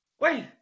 wait